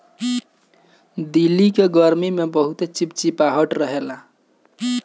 दिल्ली के गरमी में बहुते चिपचिपाहट रहेला